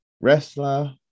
wrestler